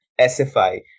SFI